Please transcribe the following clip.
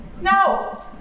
No